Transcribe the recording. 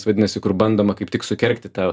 vadinasi kur bandoma kaip tik sukergti tą